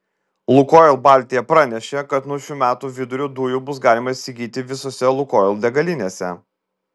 lukoil baltija pranešė kad nuo šių metų vidurio dujų bus galima įsigyti visose lukoil degalinėse